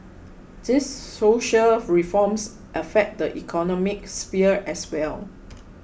these social reforms affect the economic sphere as well